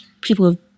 people